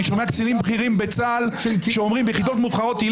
אני שומע קצינים בכירים בצה"ל יחידות מובחרות שאני